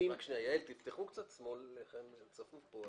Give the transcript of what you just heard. אבל אי אפשר להגיד